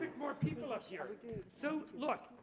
for people out here so look